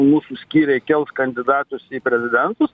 mūsų skyriai kels kandidatus į prezidentus